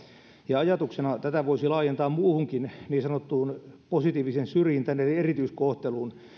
ja ajatuksena tätä voisi laajentaa muuhunkin niin sanottuun positiiviseen syrjintään eli erityiskohteluun